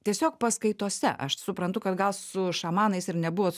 tiesiog paskaitose aš suprantu kad gal su šamanais ir nebuvot